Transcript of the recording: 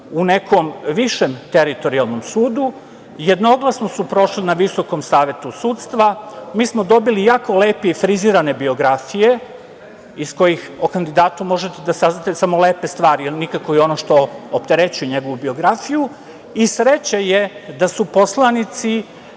u nekom višem teritorijalnom sudu, jednoglasno su prošli na Visokom savetu sudstva. Mi smo dobili jako lepe i frizirane biografije iz kojih o kandidatu možete da saznate samo lepe stvari, nikako ono što opterećuje njegovu biografiju. Sreća je da su poslanici